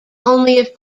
only